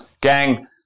gang